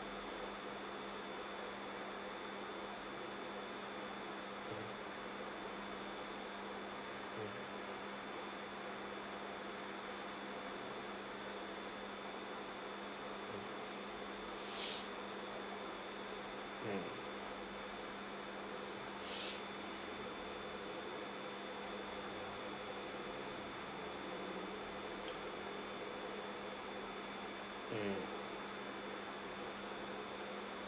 mm mm